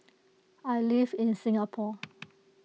I live in Singapore